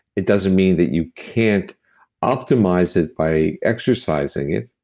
it doesn't mean that you can't optimize it by exercising it,